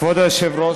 כבוד היושב-ראש,